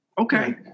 okay